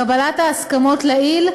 קבלת ההסכמות לעיל,